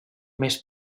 més